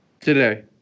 today